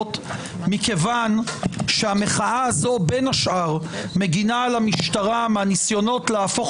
מכיוון שהמחאה הזו בין השאר מגינה על המשטרה מהניסיונות להפוך